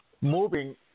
moving